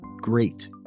great